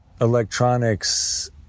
electronics